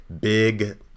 big